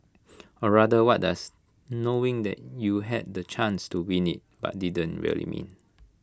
or rather what does knowing that you had the chance to win IT but didn't really mean